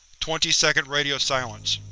twenty second radio silence.